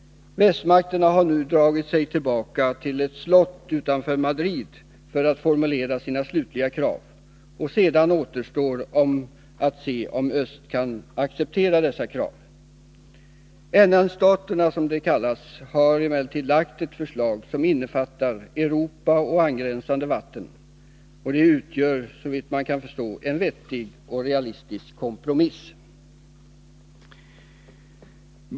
Västmakterna har nu dragit sig tillbaka till ett slott utanför Madrid för att formulera sina slutliga krav. Sedan återstår att se om öst kan acceptera dessa krav. NN-staterna har lagt fram ett förslag som innefattar Europa och angränsande vatten. Det utgör, såvitt jag kan förstå, en vettig och realistisk kompromiss.